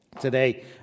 Today